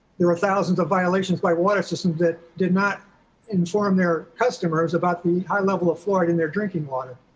there were thousands of violations by water systems that did not inform their customers about the high level of fluoride in their drinking water.